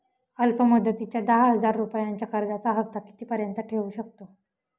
अल्प मुदतीच्या दहा हजार रुपयांच्या कर्जाचा हफ्ता किती पर्यंत येवू शकतो?